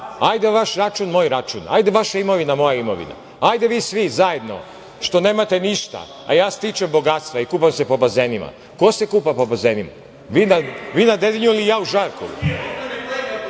hajde vaš račun, moj račun. Hajde vaša imovine, moja imovina. Hajde vi svi zajedno, što nemate ništa, a ja stičem bogatstva i kupam se po bazenima. Ko se kupa po bazenima? Vi na Dedinju ili ja u Žarkovu?